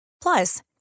Plus